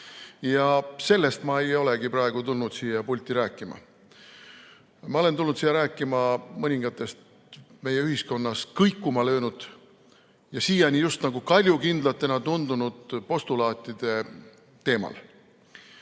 ja sellest ma ei olegi praegu tulnud siia pulti rääkima. Ma olen tulnud siia rääkima mõningatest meie ühiskonnas kõikuma löönud ja siiani just nagu kaljukindlatena tundunud postulaatide teemal.